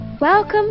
Welcome